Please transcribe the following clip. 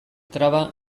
traba